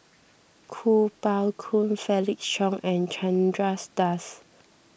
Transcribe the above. Kuo Pao Kun Felix Cheong and Chandras Das